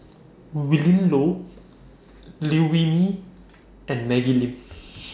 Willin Low Liew Wee Mee and Maggie Lim